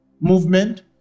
movement